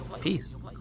peace